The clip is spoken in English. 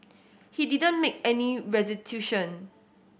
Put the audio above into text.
he didn't make any restitution